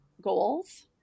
goals